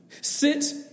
sit